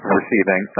receiving